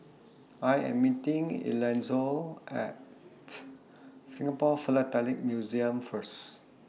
I Am meeting Elonzo At Singapore Philatelic Museum First